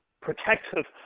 protective